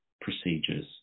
procedures